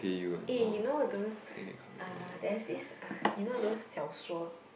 eh you know those uh there's this uh you know those 小说